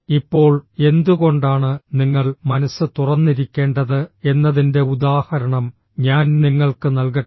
ഇപ്പോൾ എന്തുകൊണ്ടാണ് നിങ്ങൾ മനസ്സ് തുറന്നിരിക്കേണ്ടത് എന്നതിന്റെ ഉദാഹരണം ഞാൻ നിങ്ങൾക്ക് നൽകട്ടെ